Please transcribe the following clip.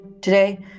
Today